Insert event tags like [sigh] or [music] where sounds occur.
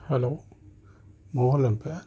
hello [unintelligible]